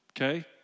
okay